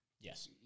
Yes